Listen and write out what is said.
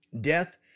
death